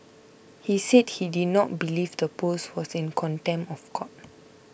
he said he did not believe the post was in contempt of court